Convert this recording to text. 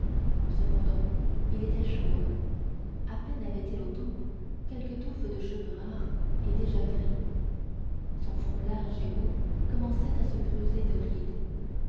cependant il était chauve à peine avait-il aux tempes quelques touffes de cheveux rares et déjà gris son front large et haut commençait à se creuser de rides